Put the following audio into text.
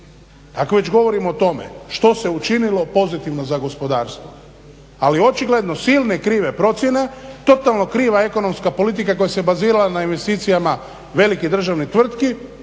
Ako već govorimo o tome što se učinilo pozitivno za gospodarstvo. Ali očigledno silne krive procjene, totalno kriva ekonomska politika koja se bazirala na investicijama velikih državnih tvrtki